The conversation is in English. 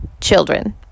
children